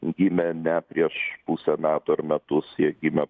gimė ne prieš pusę metų ar metus jie gimė